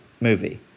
movie